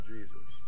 Jesus